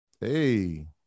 Hey